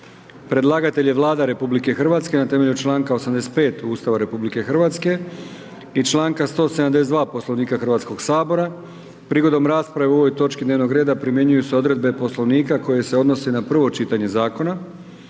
Predlagatelj je Vlada Republike Hrvatske na temelju članka 85. Ustava RH i članka 172. Poslovnika Hrvatskog sabora. Prigodom rasprave o ovoj točci dnevnog reda primjenjuju se odredbe Poslovnika koji se odnosi na prvo čitanje zakona.